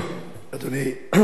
אדוני היושב-ראש,